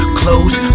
close